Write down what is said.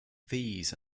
these